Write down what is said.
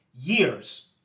years